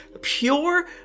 pure